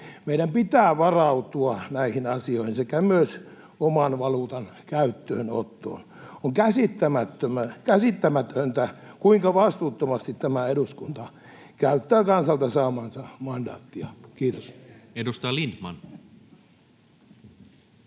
Meidän pitää varautua näihin asioihin sekä myös oman valuutan käyttöönottoon. On käsittämätöntä, kuinka vastuuttomasti tämä eduskunta käyttää kansalta saamaansa mandaattia. — Kiitos. [Speech 33]